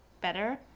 better